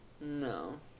No